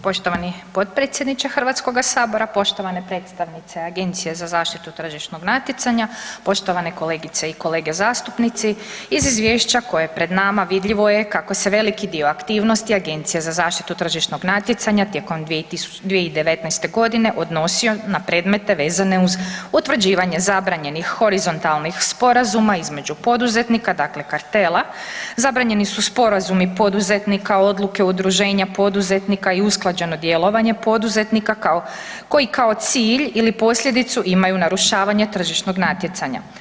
Poštovani potpredsjedniče Hrvatskoga sabora, poštovane predstavnice Agencije za zaštitu tržišnog natjecanja, poštovane kolegice i kolege zastupnici, iz izvješća koje je pred nama vidljivo je kako se veliki dio aktivnosti Agencije za zaštitu tržišnog natjecanja tijekom 2019. godine odnosio na predmete vezane uz utvrđivanje zabranjenih horizontalnih sporazuma između poduzetnika, dakle kartela, zabranjeni su sporazumi poduzetnika, odluke udruženja poduzetnika i usklađeno djelovanje poduzetnika koji kao cilj ili posljedicu imaju narušavanje tržišnog natjecanje.